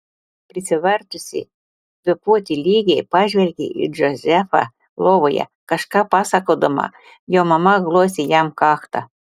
prisivertusi kvėpuoti lygiai pažvelgė į džozefą lovoje kažką pasakodama jo mama glostė jam kaktą